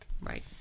Right